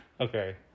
okay